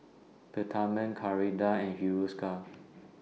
Peptamen Ceradan and Hiruscar